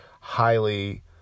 highly